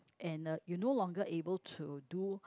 and uh you no longer able to do